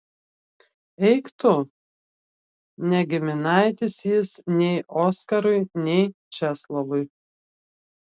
eik tu ne giminaitis jis nei oskarui nei česlovui